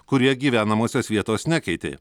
kurie gyvenamosios vietos nekeitė